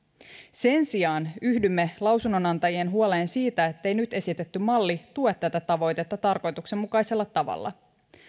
sen sijaan yhdymme lausunnonantajien huoleen siitä ettei nyt esitetty malli tue tätä tavoitetta tarkoituksenmukaisella tavalla